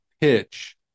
pitch